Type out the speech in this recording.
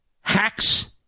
hacks